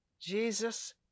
Jesus